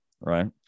right